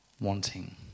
wanting